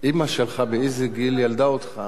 אמא שלך, באיזה גיל ילדה אותך,